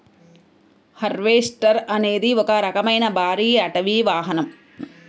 harvester అనేది ఒక రకమైన భారీ అటవీ వాహనం